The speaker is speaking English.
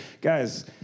guys